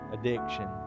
addiction